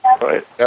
Right